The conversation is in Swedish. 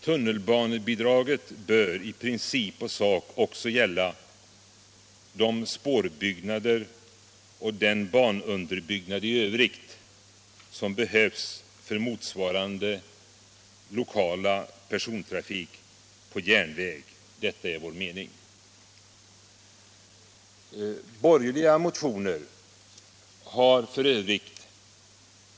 Tunnelbanebidragen bör i princip och i sak också gälla de spårbyggnader och den banunderbyggnad i övrigt som behövs för motsvarande lokala persontrafik på järnväg. Detta är vår mening. Borgerliga motioner har f.ö.